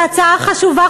זו הצעה חשובה,